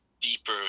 deeper